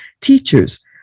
teachers